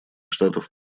штатов